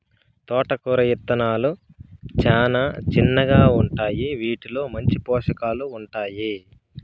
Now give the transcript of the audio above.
తోటకూర ఇత్తనాలు చానా చిన్నగా ఉంటాయి, వీటిలో మంచి పోషకాలు ఉంటాయి